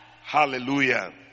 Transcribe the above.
Hallelujah